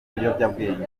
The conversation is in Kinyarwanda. ibiyobyabwenge